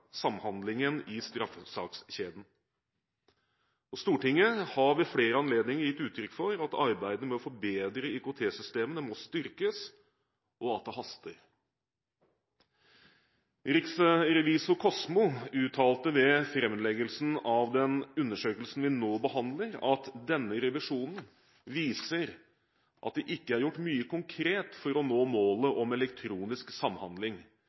samhandlingen i straffesakskjeden. Stortinget har ved flere anledninger gitt uttrykk for at arbeidet med å forbedre IKT-systemene må styrkes, og at det haster. Riksrevisor Kosmo uttalte ved framleggelsen av den undersøkelsen vi nå behandler, at «denne revisjonen viser at det ikke er gjort mye konkret for å nå målet om elektronisk samhandling.